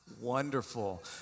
Wonderful